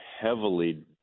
heavily